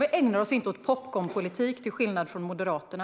Vi ägnar oss inte åt popcornpolitik, till skillnad från Moderaterna.